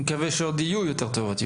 יובל, נקווה שגם יהיו יותר טובות.